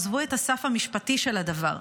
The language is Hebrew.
עזבו את הסף המשפטי של הדבר,